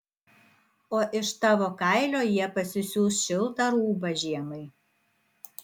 o iš tavo kailio jie pasisiūs šiltą rūbą žiemai